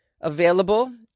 available